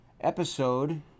episode